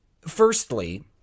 firstly